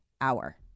hour